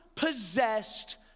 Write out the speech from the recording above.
possessed